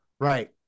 Right